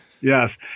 Yes